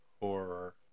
Horror